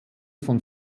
von